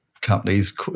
companies